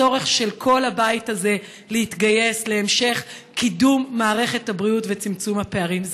הצורך של כל הבית הזה להתגייס להמשך קידום מערכת הבריאות וצמצום הפערים.